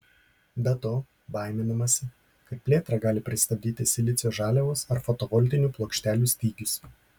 be to baiminamasi kad plėtrą gali pristabdyti silicio žaliavos ar fotovoltinių plokštelių stygius